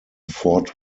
fort